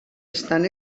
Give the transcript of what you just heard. estan